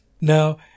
Now